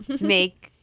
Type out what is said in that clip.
make